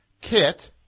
Kit